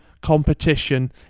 competition